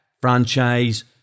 franchise